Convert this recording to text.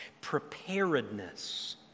preparedness